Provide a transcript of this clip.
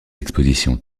expositions